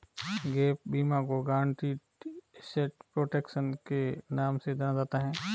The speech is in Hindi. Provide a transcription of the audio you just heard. गैप बीमा को गारंटीड एसेट प्रोटेक्शन के नाम से जाना जाता है